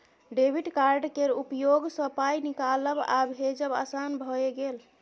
debit card केर उपयोगसँ पाय निकालब आ भेजब आसान भए गेल